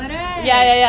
oh really